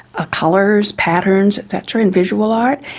ah colours, patterns et cetera in visual art,